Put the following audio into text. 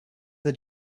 the